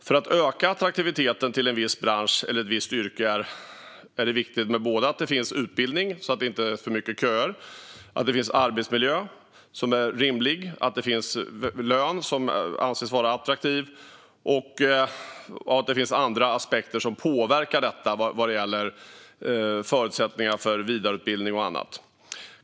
För att öka attraktiviteten hos en viss bransch eller ett visst yrke är det viktigt att det finns utbildning, så att det inte blir för långa köer, att det finns en arbetsmiljö som är rimlig, att det finns en lön som anses vara attraktiv och att det finns andra aspekter som påverkar förutsättningar för vidareutbildning och annat.